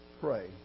Pray